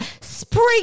spring